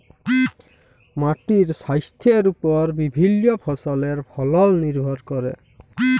মাটির স্বাইস্থ্যের উপর বিভিল্য ফসলের ফলল লির্ভর ক্যরে